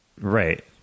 Right